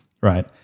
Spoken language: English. right